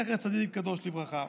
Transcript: זכר צדיק קדוש לברכה.